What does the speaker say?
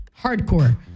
Hardcore